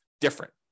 different